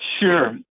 Sure